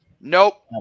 Nope